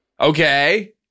Okay